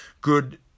good